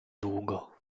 długo